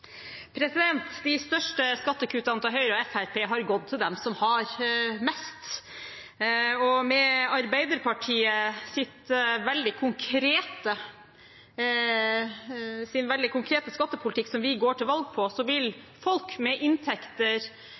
De største skattekuttene til Høyre og Fremskrittspartiet har gått til dem som har mest. Med Arbeiderpartiets veldig konkrete skattepolitikk, som vi går til valg på, vil folk med inntekter